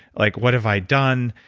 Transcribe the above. like what have i done?